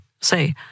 Say